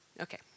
Okay